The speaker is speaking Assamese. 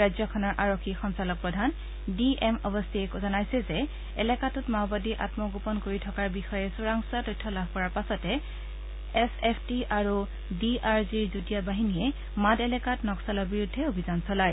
ৰাজ্যখনৰ আৰক্ষী সঞ্চালকপ্ৰধান ডি এম অৱষ্টিয়ে জনাইছে যে এলেকাটোত মাওবাদী আমগোপন কৰি থকাৰ বিষয়ে চোৰাংচোৱা তথ্য লাভ কৰাৰ পাছতে এছ টি এফ আৰু ডি আৰ জিৰ যুটীয়া বাহিনীয়ে মাড এলেকাত নক্সালৰ বিৰুদ্ধে অভিযান চলায়